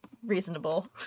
Reasonable